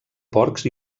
porcs